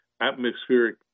atmospheric